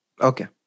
Okay